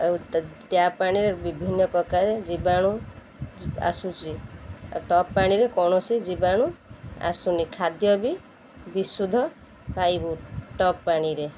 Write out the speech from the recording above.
ଆଉ ତା ଟ୍ୟାପ୍ ପାଣିରେ ବିଭିନ୍ନ ପ୍ରକାର ଜୀବାଣୁ ଆସୁଛି ଆଉ ଟପ୍ ପାଣିରେ କୌଣସି ଜୀବାଣୁ ଆସୁନି ଖାଦ୍ୟ ବି ବିଶୁଦ୍ଧ ପାଇବୁ ଟପ୍ ପାଣିରେ